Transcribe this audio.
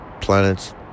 planets